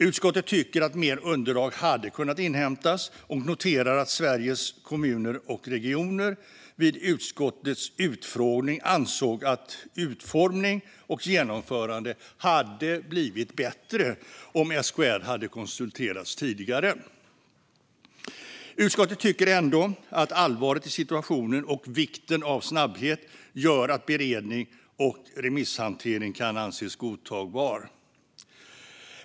Utskottet tycker att mer underlag hade kunnat inhämtas och noterar att Sveriges Kommuner och Regioner vid utskottets utfrågning ansåg att utformning och genomförande hade blivit bättre om SKR hade konsulterats tidigare. Utskottet tycker ändå att allvaret i situationen och vikten av snabbhet gör att beredning och remisshantering kan anses godtagbar.